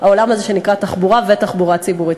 העולם הזה שנקרא תחבורה ותחבורה ציבורית.